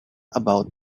about